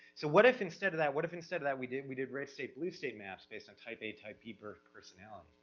so what if instead of that, what if instead of that we did, we did red state, blue state maps, based on type a, type b personality,